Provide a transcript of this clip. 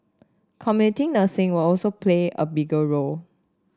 community nursing will also play a bigger role